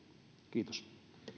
kiitos